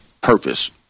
purpose